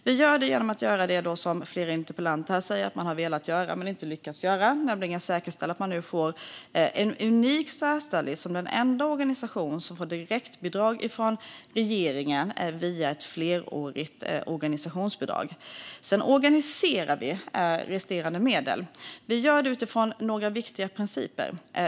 Vi gör det genom att, som flera debattörer här säger att de har velat men inte lyckats göra, säkerställa att förbundet nu får en unik särställning som den enda organisationen som får direktbidrag från regeringen via ett flerårigt organisationsbidrag. Sedan organiserar vi resterande medel. Vi gör det utifrån några viktiga principer.